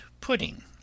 PUDDING